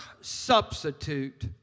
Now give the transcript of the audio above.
substitute